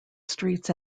streets